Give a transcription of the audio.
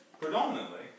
predominantly